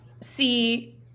see